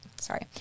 sorry